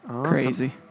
crazy